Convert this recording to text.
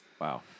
Wow